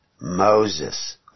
Moses